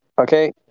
Okay